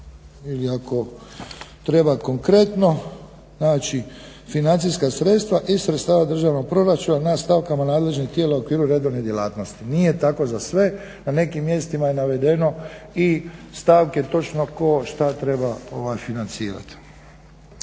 ili ako treba konkretno naći financijska sredstva iz sredstava državnog proračuna na stavkama nadležnih tijela u okviru redovne djelatnosti. Nije tako za sve, na nekim mjestima je navedeno i stavke točno ko šta treba financirati.